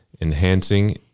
enhancing